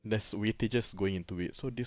there's weightages going into it so this